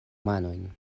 manojn